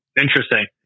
interesting